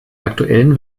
aktuellen